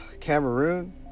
Cameroon